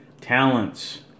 talents